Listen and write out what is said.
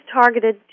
targeted